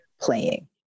playing